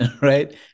right